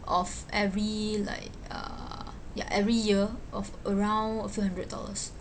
of every like uh ya every year of around a few hundred dollars